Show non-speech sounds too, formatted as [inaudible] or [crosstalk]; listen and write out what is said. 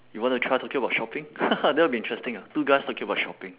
you want to try talking about shopping [noise] that would be interesting ah two guys talking about shopping